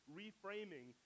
reframing